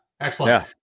Excellent